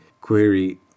query